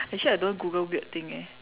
actually I don't Google weird thing eh